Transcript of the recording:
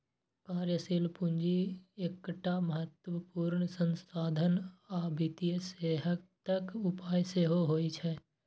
कार्यशील पूंजी एकटा महत्वपूर्ण संसाधन आ वित्तीय सेहतक उपाय सेहो होइ छै